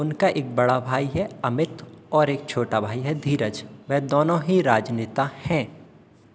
उनका एक बड़ा भाई है अमित और एक छोटा भाई है धीरज वह दोनों ही राजनेता हैं